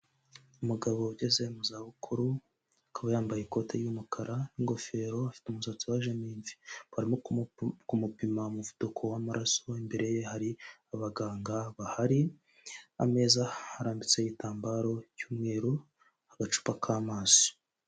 Umugabo ugeze mu zabukuru akaba yambaye ikoti ry'umukara n'ingofero afite umusatsi wajemo imvi. Barimo kumupima umuvuduko w'amaraso, imbere ye hari abaganga bahari, ameza harambitseho igitambaro cy'umweru, agacupa k'amazi.